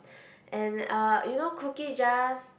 and uh you know cookie jars